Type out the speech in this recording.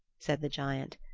said the giant.